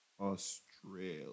Australia